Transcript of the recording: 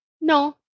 No